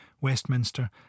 Westminster